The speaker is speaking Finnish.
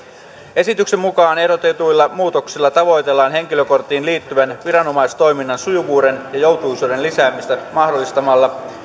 esityksen mukaan ehdotetuilla muutoksilla tavoitellaan henkilökorttiin liittyvän viranomaistoiminnan sujuvuuden ja joutuisuuden lisäämistä mahdollistamalla